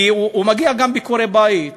כי הוא מגיע גם לביקורי בית ופגישות,